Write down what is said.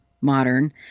modern